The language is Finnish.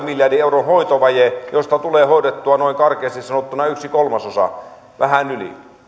miljardin euron hoitovaje josta tulee hoidettua noin karkeasti sanottuna yksi kolmasosa vähän yli